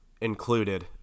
included